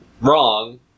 wrong